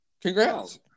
Congrats